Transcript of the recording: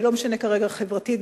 ולא משנה כרגע חברתית,